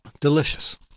Delicious